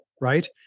right